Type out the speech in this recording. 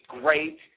great